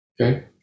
Okay